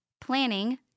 planning